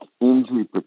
injury